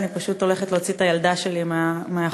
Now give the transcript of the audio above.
אני פשוט הולכת להוציא את הילדה שלי מהחוג,